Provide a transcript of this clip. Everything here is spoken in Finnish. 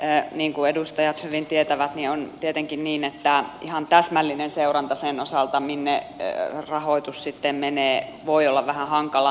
niin kuin edustajat hyvin tietävät on tietenkin niin että ihan täsmällinen seuranta sen osalta minne rahoitus sitten menee voi olla vähän hankalaa